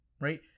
Right